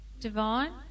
Divine